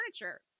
furniture